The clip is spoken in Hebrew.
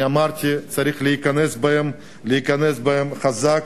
אני אמרתי, צריך להיכנס בהם ולהיכנס בהם חזק.